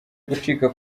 gucika